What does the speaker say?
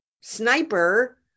sniper